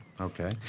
Okay